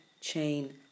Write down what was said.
chain